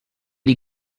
die